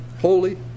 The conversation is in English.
holy